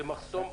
זה מחסום.